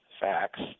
facts